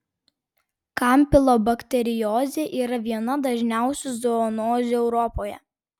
kampilobakteriozė yra viena dažniausių zoonozių europoje